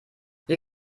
hier